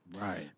right